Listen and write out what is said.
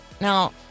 now